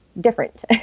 different